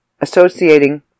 associating